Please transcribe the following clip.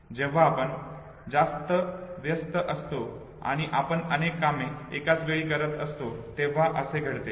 जेव्हा आपण जास्त व्यस्त असतो आणि आपण अनेक कामे एकाच वेळी करत असतो तेव्हा असे घडते